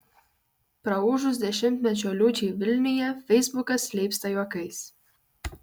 praūžus dešimtmečio liūčiai vilniuje feisbukas leipsta juokais